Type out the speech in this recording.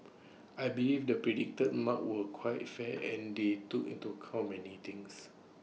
I believe the predicted marks were quite fair and they took into account many things